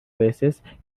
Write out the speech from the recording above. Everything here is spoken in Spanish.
veces